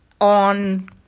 on